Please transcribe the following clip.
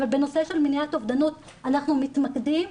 בנושא של מניעת אובדנות אנחנו מתמקדים,